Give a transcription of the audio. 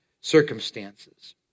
circumstances